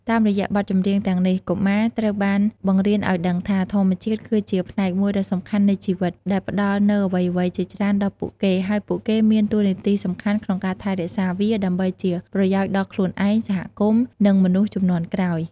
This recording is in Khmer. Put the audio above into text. តាមរយៈបទចម្រៀងទាំងនេះ កុមារត្រូវបានបង្រៀនឲ្យដឹងថា ធម្មជាតិគឺជាផ្នែកមួយដ៏សំខាន់នៃជីវិត ដែលផ្តល់នូវអ្វីៗជាច្រើនដល់ពួកគេ ហើយពួកគេមានតួនាទីសំខាន់ក្នុងការថែរក្សាវា ដើម្បីជាប្រយោជន៍ដល់ខ្លួនឯង សហគមន៍ និងមនុស្សជំនាន់ក្រោយ។